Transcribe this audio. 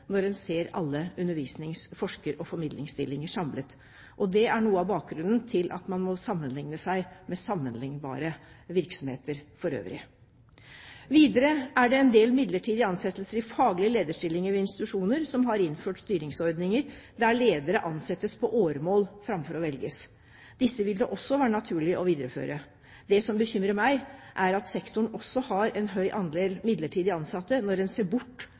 når en ser alle undervisnings-, forsker- og formidlingsstillinger samlet. Det er noe av bakgrunnen for at man må sammenligne seg med sammenlignbare virksomheter for øvrig. Videre er det en del midlertidige ansettelser i faglige lederstillinger ved institusjoner som har innført styringsordninger, der ledere ansettes på åremål framfor å velges. Disse vil det også være naturlig å videreføre. Det som bekymrer meg, er at sektoren også har en høy andel midlertidig ansatte når en ser bort